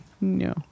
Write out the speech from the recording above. No